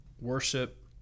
worship